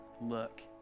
look